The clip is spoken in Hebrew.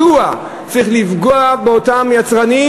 מדוע צריך לפגוע באותם יצרנים,